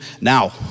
now